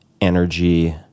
energy